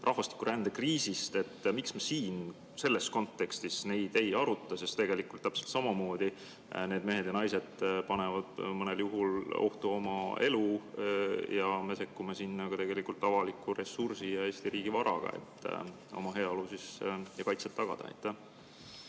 rahvastikurändekriisist, siin selles kontekstis ei aruta? Sest seal tegelikult täpselt samamoodi need mehed ja naised panevad mõnel juhul ohtu oma elu ja me sekkume seal avaliku ressursi ja Eesti riigi varaga, et oma heaolu ja kaitset tagada.